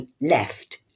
left